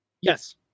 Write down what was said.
yes